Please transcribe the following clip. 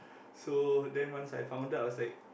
so then once I found out I was like